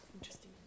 Interesting